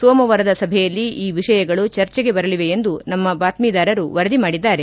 ಸೋಮವಾರದ ಸಭೆಯಲ್ಲಿ ಈ ವಿಷಯಗಳು ಚರ್ಚೆಗೆ ಬರಲಿವೆ ಎಂದು ನಮ್ಮ ಆಕಾಶವಾಣಿ ಬಾತ್ತೀದಾರರು ವರದಿ ಮಾಡಿದ್ದಾರೆ